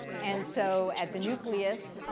and so at the nucleus,